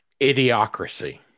Idiocracy